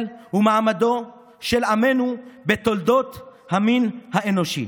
ומעמדו של עמנו בתולדות המין האנושי".